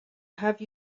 have